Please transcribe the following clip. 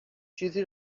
چیزی